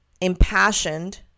impassioned